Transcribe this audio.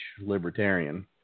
libertarian